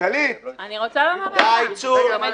אני רוצה להגיד משהו לפרוטוקול.